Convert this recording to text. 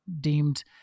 deemed